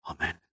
Amen